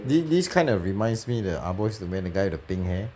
this this kind of reminds me that ah boys to man that guy with the pink hair